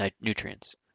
nutrients